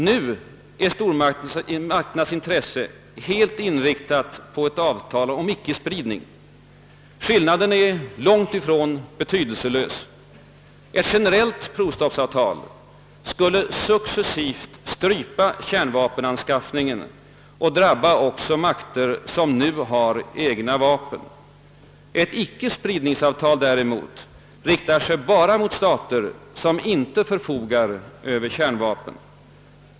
Nu är stormakternas intresse helt inriktat på ett avtal om icke-spridning. Skillnaden är ingalunda betydelselös. Ett generellt provstoppsavtal skulle successivt strypa kärnvapenanskaffningen och «drabba även makter som har egna vapen. Ett icke-spridningsavtal däremot riktar sig enbart mot stater som icke förfogar över kärnvapen.